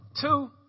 two